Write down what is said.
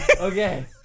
Okay